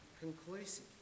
conclusive